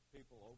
People